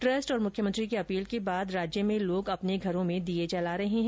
trust और मुख्यमंत्री की अपील के बाद राज्य में लोग अपने घरों में दीये जला रहे हैं